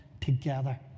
together